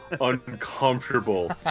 uncomfortable